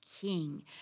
King